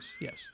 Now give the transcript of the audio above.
Yes